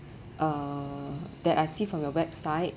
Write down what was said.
uh that I see from your website